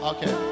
Okay